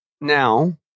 now